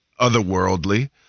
otherworldly